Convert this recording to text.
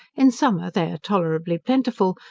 in summer they are tolerably plentiful,